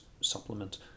supplement